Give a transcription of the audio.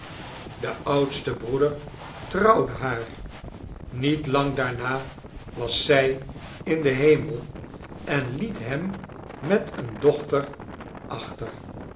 de oudste broeder trouwde haar niet lang daarna was zij in den hemel en liet hem met eene dochter achter